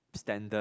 standard